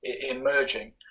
emerging